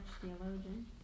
theologian